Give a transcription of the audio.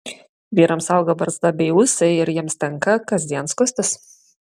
vyrams auga barzda bei ūsai ir jiems tenka kasdien skustis